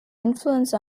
influence